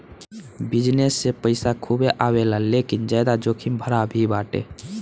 business से पईसा खूबे आवेला लेकिन ज्यादा जोखिम भरा भी बाटे